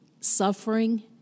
suffering